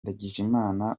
ndagijimana